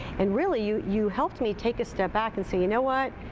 and really, you you helped me take a step back and say, you know what,